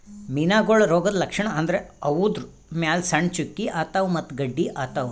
ಮೀನಾಗೋಳ್ ರೋಗದ್ ಲಕ್ಷಣ್ ಅಂದ್ರ ಅವುದ್ರ್ ಮ್ಯಾಲ್ ಸಣ್ಣ್ ಚುಕ್ಕಿ ಆತವ್ ಮತ್ತ್ ಗಡ್ಡಿ ಆತವ್